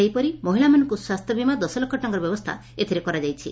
ସେହିପରି ମହିଳାମାନଙ୍କୁ ସ୍ୱାସ୍ଥ୍ୟ ବୀମା ଦଶ ଲକ୍ଷ ଟଙ୍କାର ବ୍ୟବସ୍ତା ଏଥିରେ କରାଯାଇଛି